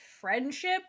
friendship